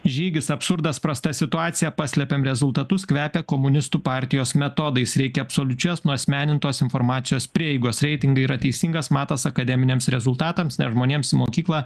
žygis absurdas prasta situacija paslepiam rezultatus kvepia komunistų partijos metodais reikia absoliučios nuasmenintos informacijos prieigos reitingai yra teisingas matas akademiniams rezultatams nes žmonėms į mokyklą